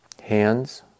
hands